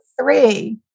three